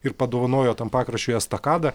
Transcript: ir padovanojo tam pakraščiui estakadą